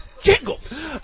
Jingles